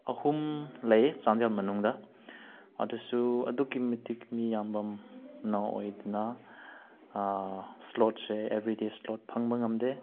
ꯑꯍꯨꯝ ꯂꯩ ꯆꯥꯟꯗꯦꯜ ꯃꯅꯨꯡꯗ ꯑꯗꯨꯁꯨ ꯑꯗꯨꯛꯀꯤ ꯃꯇꯤꯛ ꯃꯤ ꯌꯥꯝꯃꯟꯕꯅ ꯑꯣꯏꯗꯅ ꯏꯁꯂꯣꯠꯁꯦ ꯑꯦꯕ꯭ꯔꯤꯗꯦ ꯏꯁꯂꯣꯠ ꯐꯪꯕ ꯉꯝꯗꯦ